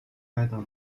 该党